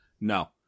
No